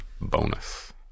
Bonus